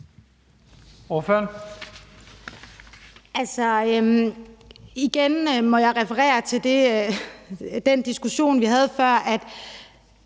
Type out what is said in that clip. (M): Altså, igen må jeg referere til den diskussion, vi havde før, og